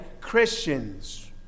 Christians